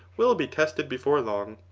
will be tested before long.